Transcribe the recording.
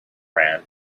ran